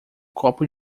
copo